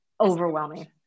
overwhelming